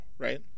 right